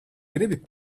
gribi